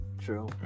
true